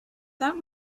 that